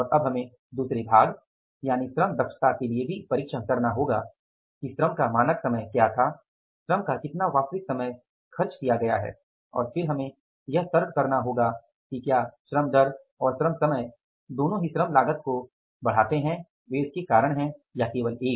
और अब हमें दूसरे भाग यानि श्रम दक्षता के लिए भी परिक्षण करना होगा कि श्रम का मानक समय क्या था श्रम का कितना वास्तविक समय खर्च किया गया है और फिर हमें यह तर्क करना होगा कि क्या श्रम दर और श्रम समय दोनों ही श्रम लागत के बढ़ने के कारण हैं या केवल एक